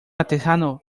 artesano